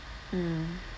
mm